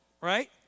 right